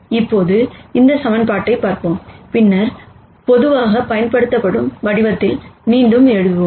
இப்போது இந்த சமன்பாட்டைப் பார்ப்போம் பின்னர் பொதுவாகப் பயன்படுத்தப்படும் வடிவத்தில் மீண்டும் எழுதுவோம்